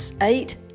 eight